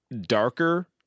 darker